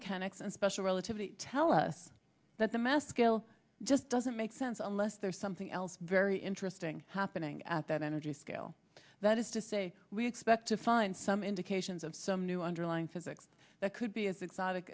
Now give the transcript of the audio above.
mechanics and special relativity tell us that the mass scale just doesn't make sense unless there's something else very interesting happening at that energy scale that is to say we expect to find some indications of some new underlying physics that could be as exotic